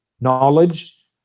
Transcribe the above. knowledge